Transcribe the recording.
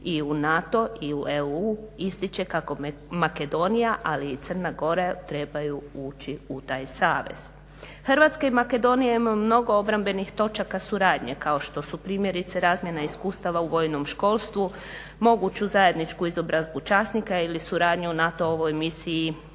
i u NATO i u EU ističe kako Makedonija ali i Crna Gora trebaju ući u taj savez. Hrvatska i Makedonija imaju mnogo obrambenih točaka suradnje kao što su primjerice razmjena iskustava u vojnom školstvu, moguću zajedničku izobrazbu časnika ili suradnju u NATO-ovoj misiji